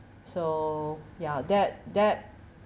so ya that that